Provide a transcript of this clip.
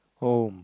oh